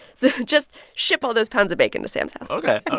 so just ship all those pounds of bacon to sam's house ok. ok.